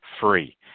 free